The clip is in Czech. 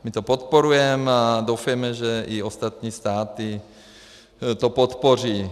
My to podporujeme, doufejme, že i ostatní státy to podpoří.